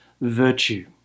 virtue